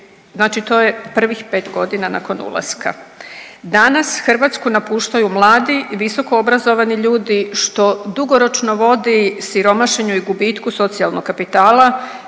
znači to je prvih 5 godina nakon ulaska. Danas Hrvatsku napuštaju mladi i visokoobrazovani ljudi što dugoročno vodi siromašenju i gubitku socijalnog kapitala